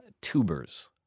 tubers